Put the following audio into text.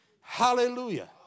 Hallelujah